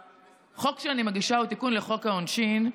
החוק שאני מגישה הוא תיקון לחוק העונשין.